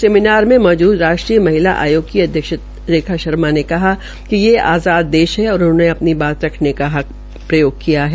seminar मे मौजूद राष्ट्रीय महिा आयोग की अध्यक्षता रेखा शर्मा ने कहा कि ये आज़ाद देश है और उनहोंने अपनी बात रखने के हक का प्रयोग किया है